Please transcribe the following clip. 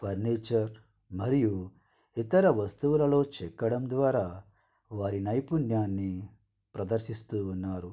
furniture మరియు ఇతర వస్తువులలో చెక్కడం ద్వారా వారి నైపుణ్యాన్ని ప్రదర్శిస్తూ ఉన్నారు